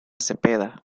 cepeda